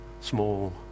small